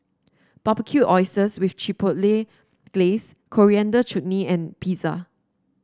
Barbecued Oysters with Chipotle Glaze Coriander Chutney and Pizza